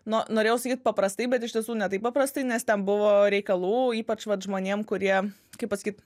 no norėjau sakyt paprastai bet iš tiesų ne taip paprastai nes ten buvo reikalų ypač vat žmonėm kurie kaip pasakyt